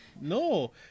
no